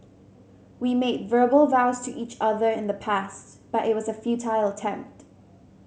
we made verbal vows to each other in the past but it was a futile attempt